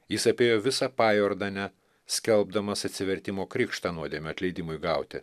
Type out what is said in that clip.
jis apėjo visą pajordanę skelbdamas atsivertimo krikštą nuodėmių atleidimui gauti